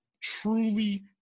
truly